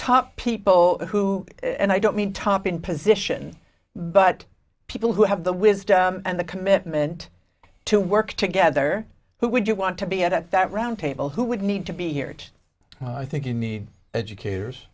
top people who and i don't mean top in position but people who have the wisdom and the commitment to work together who would you want to be at that round table who would need to be here i think you need educators